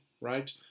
right